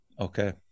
Okay